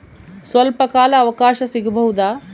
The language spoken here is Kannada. ಸ್ವಲ್ಪ ಕಾಲ ಅವಕಾಶ ಸಿಗಬಹುದಾ?